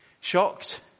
Shocked